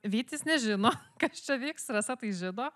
vytis nežino kas čia vyks rasa tai žino